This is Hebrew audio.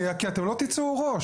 כי אתם לא תצאו ראש.